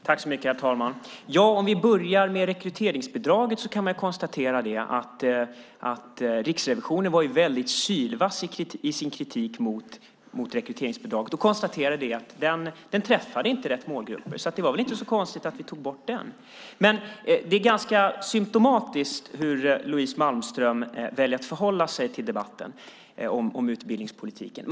Herr talman! Om vi börjar med rekryteringsbidraget var Riksrevisionen sylvass i sin kritik mot det. Man konstaterade att det inte träffade rätt målgrupper. Det var väl inte så konstigt att vi tog bort det. Det är ganska symtomatiskt hur Louise Malmström väljer att förhålla sig till debatten om utbildningspolitiken.